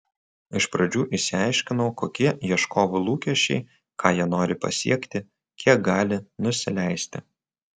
iš pradžių išsiaiškinau kokie ieškovų lūkesčiai ką jie nori pasiekti kiek gali nusileisti